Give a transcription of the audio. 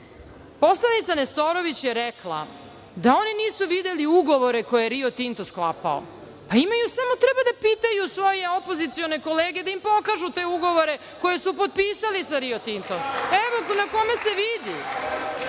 kretanja. Poslanica Nestorović je rekla da oni nisu videli ugovore koje je Rio Tinto sklapao, a imaju, pa samo treba da pitaju svoje opozicione kolege da im pokažu te ugovore koje su potpisali sa Rio Tintom. Evo, na kome se vidi.